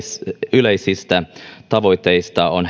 yleisistä tavoitteista on